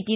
T